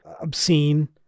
obscene